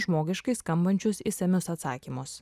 žmogiškai skambančius išsamius atsakymus